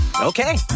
Okay